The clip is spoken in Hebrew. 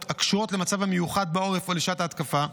הקשורות למצב המיוחד בעורף או לשעת ההתקפה,